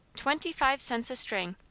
twenty-five cents a string!